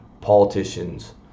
politicians